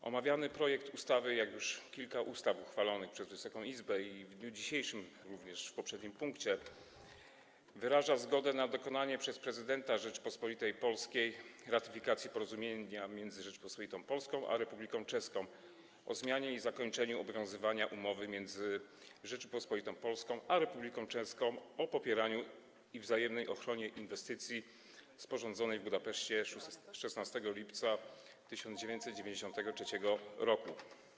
W omawianym projekcie ustawy, jak w przypadku już kilku ustaw uchwalonych przez Wysoką Izbę, również tego omawianego w dniu dzisiejszym w poprzednim punkcie, wyraża się zgodę na dokonanie przez prezydenta Rzeczypospolitej Polskiej ratyfikacji Porozumienia między Rzecząpospolitą Polską a Republiką Czeską o zmianie i zakończeniu obowiązywania Umowy między Rzecząpospolitą Polską a Republiką Czeską o popieraniu i wzajemnej ochronie inwestycji, sporządzonej w Budapeszcie 16 lipca 1993 r.